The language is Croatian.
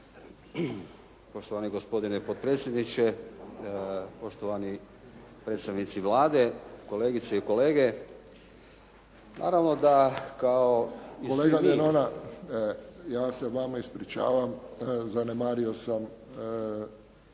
Poštovani gospodine potpredsjedniče. Poštovani predstavnici Vlade, kolegice i kolege. Naravno da. **Friščić, Josip (HSS)** Kolega Denona, ja se vama ispričavam. Zanemario sam